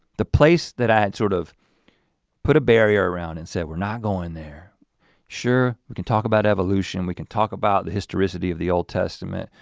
the place that i had sort of put a barrier around and said we're not going there sure we can talk about evolution, we can talk about the historicity of the old testament